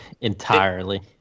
entirely